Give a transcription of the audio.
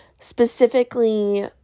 specifically